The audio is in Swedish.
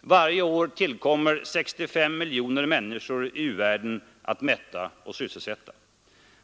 Varje år tillkommer 65 miljoner människor i u-världen att mätta och sysselsätta.